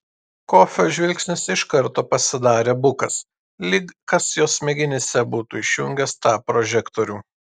kofio žvilgsnis iš karto pasidarė bukas lyg kas jo smegenyse būtų išjungęs tą prožektorių